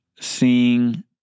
seeing